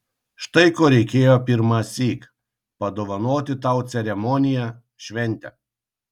štai ko reikėjo pirmąsyk padovanoti tau ceremoniją šventę